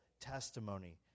testimony